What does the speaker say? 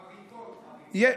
חריקות, חריקות.